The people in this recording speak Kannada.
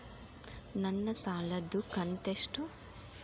ನನ್ನ ಸಾಲದು ಕಂತ್ಯಷ್ಟು?